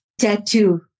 tattoo